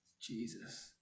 Jesus